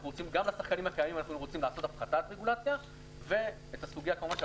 אנחנו רוצים גם לשחקנים הקיימים לעשות הפחתת רגולציה ואת הסוגיה של